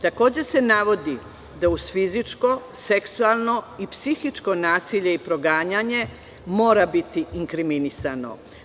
Takođe se navodi da uz fizičko, seksualno i psihičko nasilje i proganjanje mora biti inkriminisano.